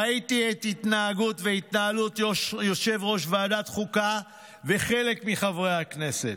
ראיתי את התנהגות והתנהלות יושב-ראש ועדת חוקה וחלק מחברי הכנסת,